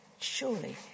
surely